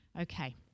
Okay